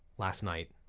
last night,